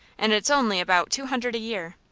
and it's only about two hundred a year.